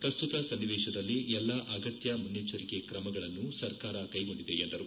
ಪ್ರಸ್ತುತ ಸನ್ನಿವೇಶದಲ್ಲಿ ಎಲ್ಲಾ ಅಗತ್ಯ ಮುನ್ನೆಚ್ಚರಿಕೆ ಕ್ರಮಗಳನ್ನು ಸರ್ಕಾರ ಕ್ಟೆಗೊಂಡಿದೆ ಎಂದು ಹೇಳಿದರು